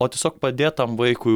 o tiesiog padėt tam vaikui